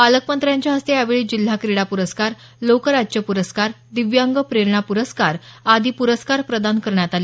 पालकमंत्र्यांच्या हस्ते यावेळी जिल्हा क्रीडा प्रस्कार लोकराज्य प्रस्कार दिव्यांग प्रेरणा पुरस्कार आदी पुरस्कार प्रदान करण्यात आले